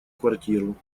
квартиру